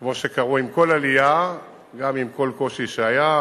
כמו שקרו עם כל עלייה, גם עם כל קושי שהיה.